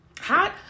Hot